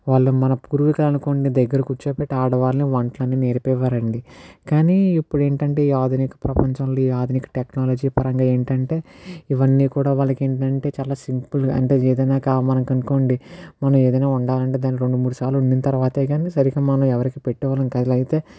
వాళ్ళు మన పూర్వీకులు అనుకోండి దగ్గర కూర్చోపెట్టి ఆడవాళ్ళు వంటలని నేర్పేవారండి కానీ ఇప్పుడు ఏంటంటే ఈ ఆధునిక ప్రపంచం ఉంది ఆధునిక టెక్నాలజీ పరంగా ఏంటంటే ఇవన్నీ కూడా వాళ్ళకి ఏంటంటే చాలా సింపుల్గా అంటే ఏదైనా మనకు అనుకోండి మనం ఏదైనా వండాలంటే దాన్ని రెండు మూడు సార్లు వండిన తర్వాత కానీ సరే మనం ఎవరికి పెట్టే వాళ్ళం కాదు అయితే